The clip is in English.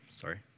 sorry